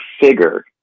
figure